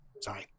Sorry